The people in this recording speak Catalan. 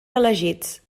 reelegits